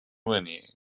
whinnying